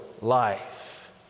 life